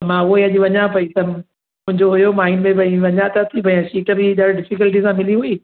मां उहो ई अॼु वञा पेई त मुंहिंजो हुओ माइंड में भई वञा त थी भई सीट बि ॾाढी डिफिक्ल्टी सां मिली हुई